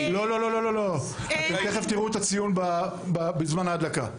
הציון בזמן ההדלקה.